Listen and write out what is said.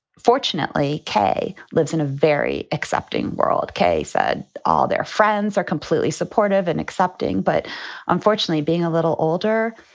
fortunately, kay lives in a very accepting world. kay said all their friends are completely supportive and accepting, but unfortunately, being a little older,